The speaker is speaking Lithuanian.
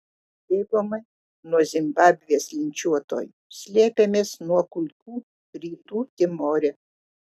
bėgome nuo zimbabvės linčiuotojų slėpėmės nuo kulkų rytų timore